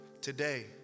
Today